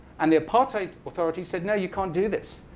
and the apartheid authorities said, no, you can't do this.